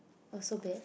so bad